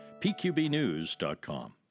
pqbnews.com